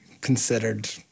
considered